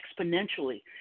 exponentially